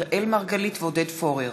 אראל מרגלית ועודד פורר